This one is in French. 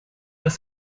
pas